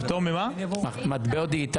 מקלט מס.